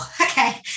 okay